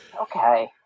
okay